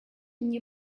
мне